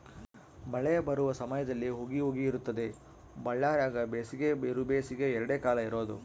ಮಳೆ ಬರುವ ಸಮಯದಲ್ಲಿ ಹುಗಿ ಹುಗಿ ಇರುತ್ತದೆ ಬಳ್ಳಾರ್ಯಾಗ ಬೇಸಿಗೆ ಬಿರುಬೇಸಿಗೆ ಎರಡೇ ಕಾಲ ಇರೋದು